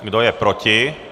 Kdo je proti?